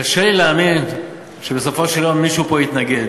קשה לי להאמין שבסופו של יום מישהו פה יתנגד.